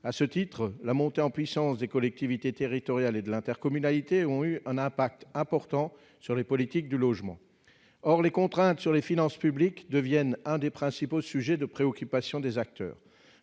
à ce titre, la montée en puissance des collectivités territoriales et de l'intercommunalité, ont eu un impact important sur les politiques du logement, or les contraintes sur les finances publiques devienne un des principaux sujets de préoccupation des acteurs